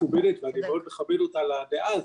עמדה מאוד מכובדת ואני מאוד מכבד אותה על הדעה הזאת,